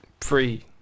Free